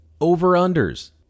Over-unders